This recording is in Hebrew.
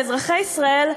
לאזרחי ישראל,